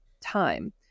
time